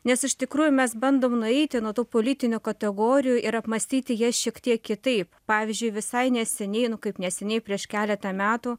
nes iš tikrųjų mes bandom nueiti nuo tų politinių kategorijų ir apmąstyti jas šiek tiek kitaip pavyzdžiui visai neseniai kaip neseniai prieš keletą metų